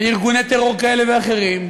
לארגוני טרור כאלה ואחרים,